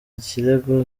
ikirego